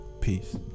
peace